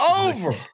over